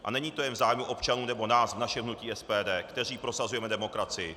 A není to jen v zájmu občanů nebo nás, v našem hnutí SPD, kteří prosazujeme demokracii.